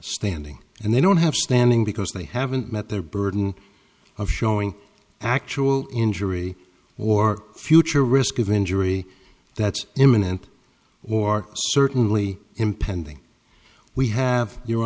standing and they don't have standing because they haven't met their burden of showing actual injury or future risk of injury that's imminent or certainly impending we have your